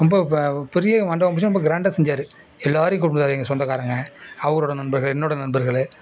ரொம்ப இப்போ பெரிய மண்டபம் புடிச்சி ரொம்ப க்ராண்டா செஞ்சார் எல்லாரையும் கூப்பிடுவாரு எங்கள் சொந்தக்காரங்கள் அவரோட நண்பர்கள் என்னோடய நண்பர்கள்